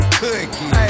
cookies